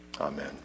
Amen